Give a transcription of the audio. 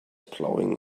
plowing